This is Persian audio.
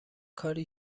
کاری